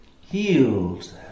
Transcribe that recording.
healed